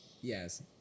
Yes